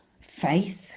faith